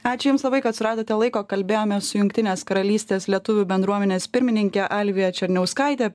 ačiū jums labai kad suradote laiko kalbėjomės su jungtinės karalystės lietuvių bendruomenės pirmininke alvija černiauskaite